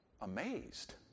amazed